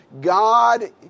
God